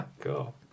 go